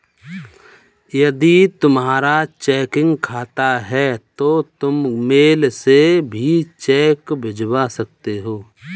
यदि तुम्हारा चेकिंग खाता है तो तुम मेल से भी चेक भिजवा सकते हो